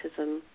autism